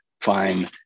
fine